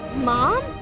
Mom